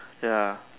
ya